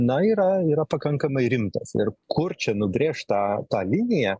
na yra yra pakankamai rimtas ir kur čia nubrėš tą liniją